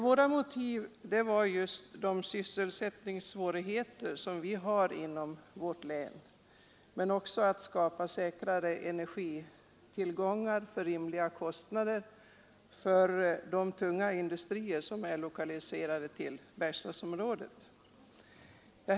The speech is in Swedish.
Våra motiv var just de sysselsättningssvårigheter som vi har inom vårt län, men vi ville också tillförsäkra de tunga industrier som är lokaliserade till Bergslagsområdet energitillgångar till rimliga kostnader.